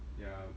ya